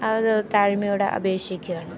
അത് താഴ്മയോടെ അപേക്ഷിക്കുകയാണ്